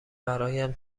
برایم